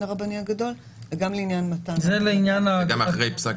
הרבני הגדול וגם לעניין מתן --- זה רק אחרי פסק דין.